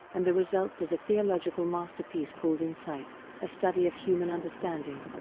and the result was a theological masterpiece called insight a study of human understanding.